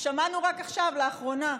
שמענו רק עכשיו, לאחרונה,